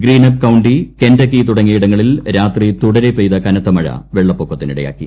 green up County Kentucky തുടങ്ങിയ ഇടങ്ങളിൽ രാത്രി തുടരെ പെയ്ത കനത്ത മഴ വെള്ളപ്പൊക്കത്തിനിടയാക്കി